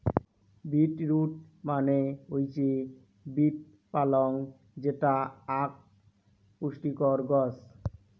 bit root মানে হৈসে beet পালং যেটা আক পুষ্টিকর গছ